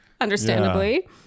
understandably